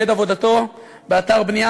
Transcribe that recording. בעת עבודתו באתר בנייה,